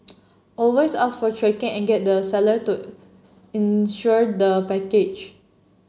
always ask for tracking and get the seller to insure the package